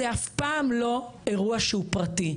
זה אף פעם לא אירוע שהוא פרטי.